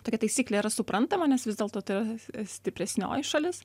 tokia taisyklė yra suprantama nes vis dėlto tai yra stipresnioji šalis